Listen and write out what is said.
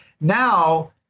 Now